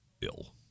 Ill